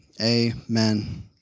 amen